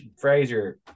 Fraser